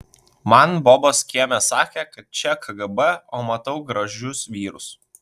man bobos kieme sakė kad čia kgb o matau gražius vyrus